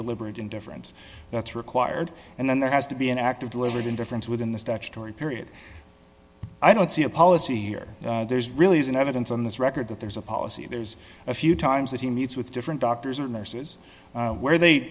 deliberate indifference that's required and then there has to be an act of deliberate indifference within the statutory period i don't see a policy here there's really isn't evidence on this record that there's a policy there's a few times that he meets with different doctors or nurses where they